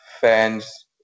fans